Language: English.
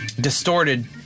distorted